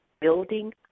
building